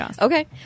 Okay